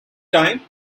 time